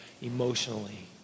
emotionally